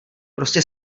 prostě